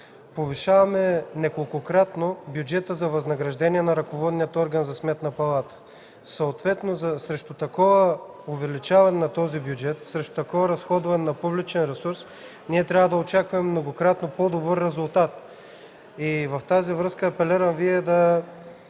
Повишаваме неколкократно бюджета за възнаграждение на ръководния орган на Сметната палата. Срещу такова увеличаване на този бюджет, срещу такова разходване на публичен ресурс трябва да очакваме многократно по-добър резултат. Във тази връзка апелирам Вие в